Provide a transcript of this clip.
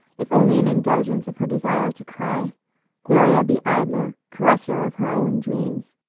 if only an indulgence of her desire to cry gloria the idler, caresser of her own dreams,